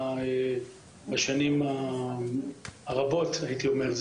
שנים רבות הייתי אומר,